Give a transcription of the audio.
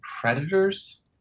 Predators